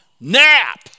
nap